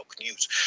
news